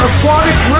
Aquatic